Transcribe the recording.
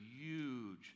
huge